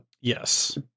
yes